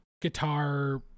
guitar